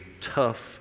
tough